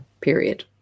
Period